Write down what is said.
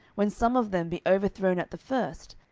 when some of them be overthrown at the first,